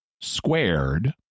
squared